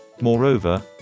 Moreover